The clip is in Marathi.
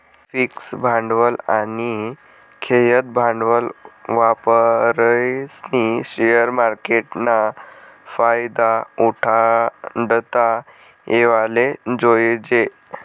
फिक्स भांडवल आनी खेयतं भांडवल वापरीस्नी शेअर मार्केटना फायदा उठाडता येवाले जोयजे